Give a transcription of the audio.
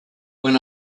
when